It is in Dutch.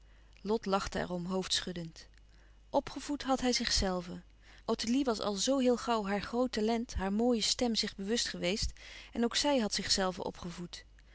lot lachte er om hoofdschuddend opgevoed had hij zichzelven ottilie was al zoo heel gauw haar groot talent haar mooie stem zich bewust geweest en ook zij had zichzelve opgevoed